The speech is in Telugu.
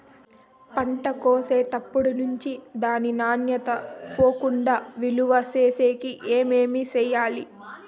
పంట కోసేటప్పటినుండి దాని నాణ్యత పోకుండా నిలువ సేసేకి ఏమేమి చేయాలి?